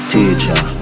Teacher